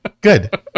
Good